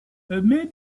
maybe